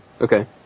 Okay